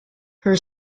her